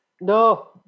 No